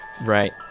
Right